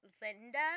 Linda